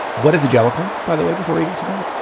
what is the jellicoe, by the way, before we get to that?